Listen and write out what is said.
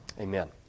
Amen